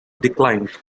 declined